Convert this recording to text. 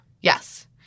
Yes